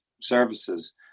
services